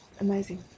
amazing